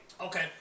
Okay